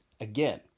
Again